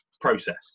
process